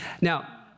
Now